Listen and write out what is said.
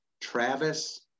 Travis